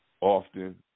often